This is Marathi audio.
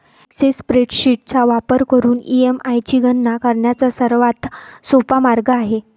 एक्सेल स्प्रेडशीट चा वापर करून ई.एम.आय ची गणना करण्याचा सर्वात सोपा मार्ग आहे